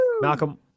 Malcolm